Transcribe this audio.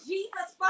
Jesus